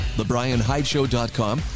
thebrianhydeshow.com